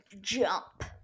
jump